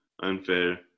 unfair